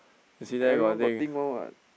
everyone got thing one [what]